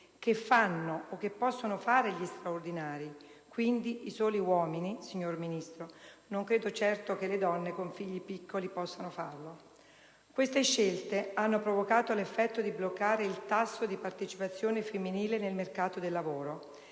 che fanno o possono fare gli straordinari, quindi i soli uomini, signor Ministro, dato che non credo che le donne con figli piccoli possano farli. Queste scelte hanno provocato l'effetto di bloccare il tasso di partecipazione femminile al mercato del lavoro,